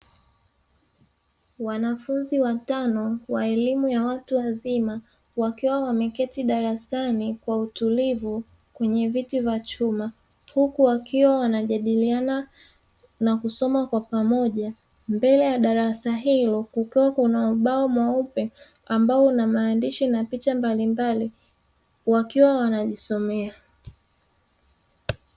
Wanafunzi watano wa elimu ya watu wazima wakiwa wameketi darasani kwa utulivu kwenye viti vya chuma, huku wakiwa wanajadiliana na kusoma kwa pamoja, mbele ya darasa hilo kukiwa kuna ubao mweupe una maandishi na picha mbalimbali wakiwa wanajisomea.